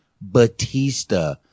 batista